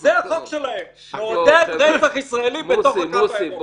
זה החוק שלהם או זה ההבדל בין ישראלי בתוך הקו הירוק.